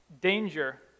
danger